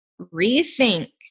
rethink